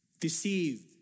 Deceived